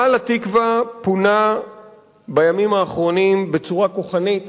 מאהל התקווה פונה בימים האחרונים בצורה כוחנית